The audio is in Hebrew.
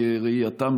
בראייתם,